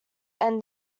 end